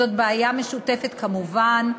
זו בעיה משותפת, כמובן,